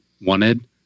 wanted